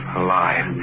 alive